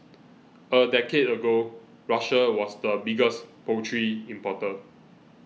a decade ago Russia was the biggest poultry importer